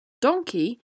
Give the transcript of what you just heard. donkey